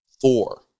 four